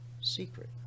secret